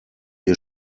ihr